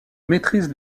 maîtrise